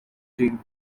team